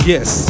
Yes